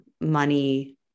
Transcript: money